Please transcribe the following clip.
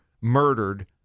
murdered